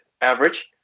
average